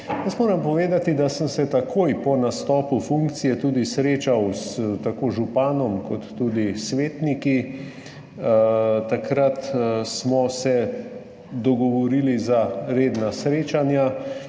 Jaz moram povedati, da sem se takoj po nastopu funkcije tudi srečal tako z županom kot tudi s svetniki. Takrat smo se dogovorili za redna srečanja